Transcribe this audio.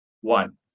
one